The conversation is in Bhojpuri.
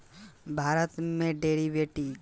भारत में डेरीवेटिव बाजार के अइले बहुत दिन थोड़े होता